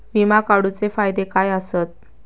विमा काढूचे फायदे काय आसत?